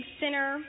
center